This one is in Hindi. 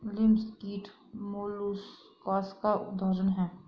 लिमस कीट मौलुसकास का उदाहरण है